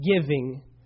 giving